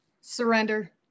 surrender